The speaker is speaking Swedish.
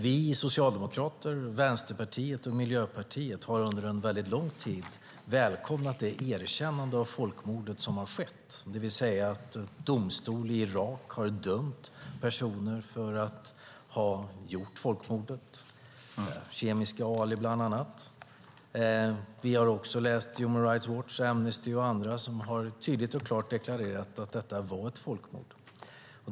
Vi socialdemokrater, Vänsterpartiet och Miljöpartiet har under en lång tid välkomnat det erkännande av folkmordet som har skett, det vill säga att domstol i Irak har dömt personer för att ha utfört folkmordet, Kemiske Ali bland annat. Vi har också läst hur Human Rights Watch, Amnesty och andra organisationer tydligt och klart deklarerat att detta var ett folkmord.